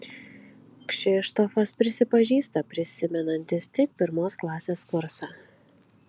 kšištofas prisipažįsta prisimenantis tik pirmos klasės kursą